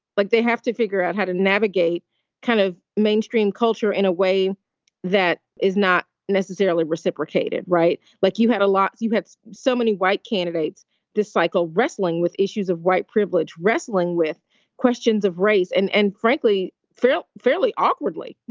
like they have to figure out how to navigate kind of mainstream culture in a way that is not necessarily reciprocated. right. like you had a lot. you had so many white candidates this cycle wrestling with issues of white privilege, wrestling with questions of race, and and frankly fell fairly awkwardly.